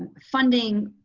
funding,